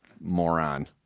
moron